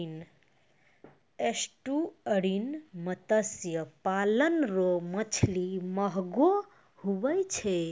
estuarine मत्स्य पालन रो मछली महगो हुवै छै